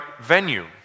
venue